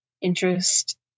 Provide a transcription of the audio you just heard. interest